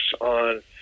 on